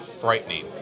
frightening